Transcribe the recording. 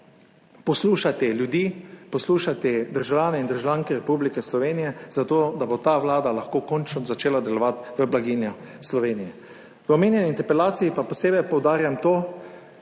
poslušati ljudi, poslušati državljane in državljanke Republike Slovenije zato, da bo ta vlada lahko končno začela delovati za blaginjo Slovenije. V omenjeni interpelaciji pa posebej poudarjam to,